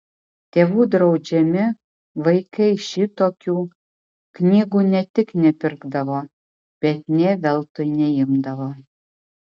tėvų draudžiami vaikai šitokių knygų ne tik nepirkdavo bet nė veltui neimdavo